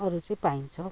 अरू चाहिँ पाइन्छ हौ